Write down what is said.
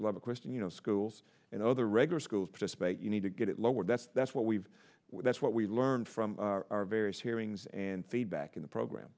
of question you know schools and other regular schools participate you need to get it lowered that's that's what we've that's what we learned from our various hearings and feedback in the program